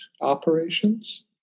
operations